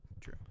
True